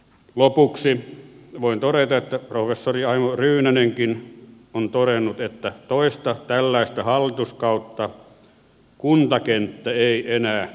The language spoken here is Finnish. lopuksi voin todeta että professori aimo ryynänenkin on todennut että toista tällaista hallituskautta kuntakenttä ei enää kestä